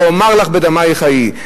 ואומר לך בדמייך חיי.